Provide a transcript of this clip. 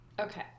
Okay